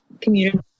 community